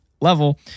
level